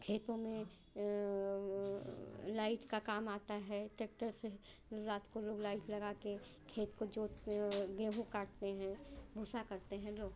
खेतों में लाइट का काम आता है टेक्टर से रात को लोग लाइट लगाकर खेत को जोतते और गेहूँ काटते हैं भूंसा काटते हैं लोग